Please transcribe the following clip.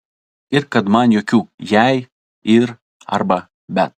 ir kad man jokių jei ir arba bet